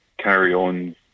carry-on